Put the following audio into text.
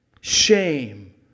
Shame